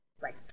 Right